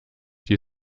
die